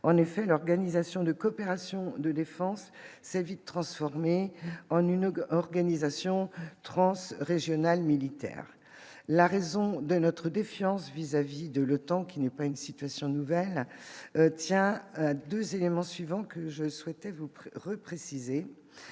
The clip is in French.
en effet, l'Organisation de coopération de défense s'est vite transformé en UNOG, organisation transe régional militaire, la raison de notre défiance vis-à-vis de l'Otan, qui n'est pas une situation nouvelle tient 2 éléments suivants que je souhaitais vous repréciser